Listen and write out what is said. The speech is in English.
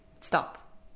stop